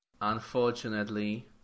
Unfortunately